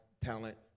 talent